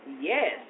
yes